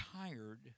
Tired